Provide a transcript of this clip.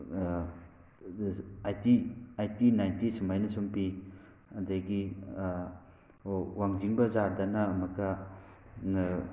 eighty eighty ninety ꯁꯨꯃꯥꯏꯅ ꯁꯨꯝ ꯄꯤ ꯑꯗꯒꯤ ꯋꯥꯡꯖꯤꯡ ꯕꯖꯥꯔꯗꯅ ꯑꯃꯨꯛꯀ